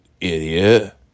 idiot